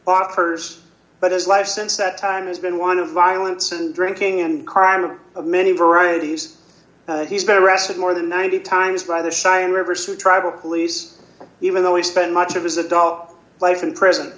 offers but his life since that time has been one of violence and drinking and crime of many varieties he's been arrested more than ninety times by the shy and reverse of tribal police even though he spent much of his adult life in prison